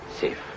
safe